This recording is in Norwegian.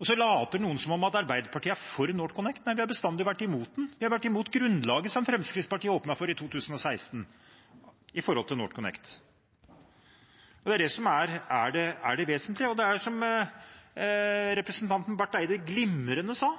Noen later som om Arbeiderpartiet er for NorthConnect. Nei, vi har bestandig vært imot den. Vi har vært imot grunnlaget som Fremskrittspartiet åpnet for i 2016, med hensyn til NorthConnect. Det er det som er det vesentlige. Det er som representanten Barth Eide glimrende sa: